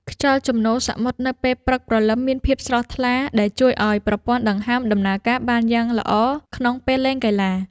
ខ្យល់ជំនោរសមុទ្រនៅពេលព្រឹកព្រលឹមមានភាពស្រស់ថ្លា ដែលជួយឱ្យប្រព័ន្ធដង្ហើមដំណើរការបានយ៉ាងល្អក្នុងពេលលេងកីឡា។